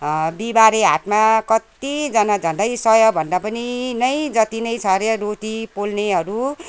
बिहिबारे हाटमा कत्तिजना झन्डै सयभन्दा पनि नै जत्ति नै छ अरे रोटी पोल्नेहरू